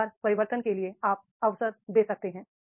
व्यवहार परिवर्तन के लिए आप अवसर दे सकते हैं